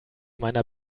meiner